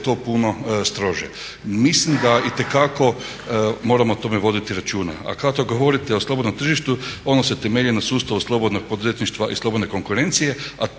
je to puno strožije. Mislim da itekako moramo o tome voditi računa. A kada govorite o slobodnom tržištu ono se temelji na sustavu slobodnog poduzetništva i slobodne konkurencije